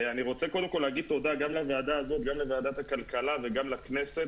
אני רוצה להגיד תודה גם לוועדה הזאת וגם לוועדת הכלכלה וגם לכנסת,